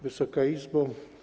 Wysoka Izbo!